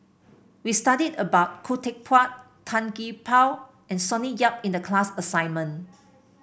we studied about Khoo Teck Puat Tan Gee Paw and Sonny Yap in the class assignment